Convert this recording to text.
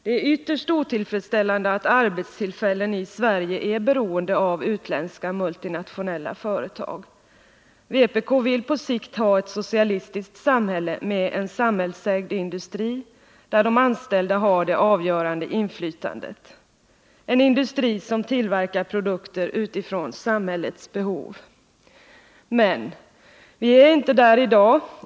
Det är ytterst otillfredsställande att arbetstillfällen i Sverige är beroende av utländska multinationella företag. Vpk vill på sikt ha ett socialistiskt samhälle med en samhällsägd industri där de anställda har det avgörande inflytandet, en industri som tillverkar produkter utifrån samhällets behov. Men vi är inte där i dag.